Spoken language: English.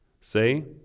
Say